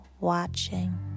watching